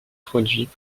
produits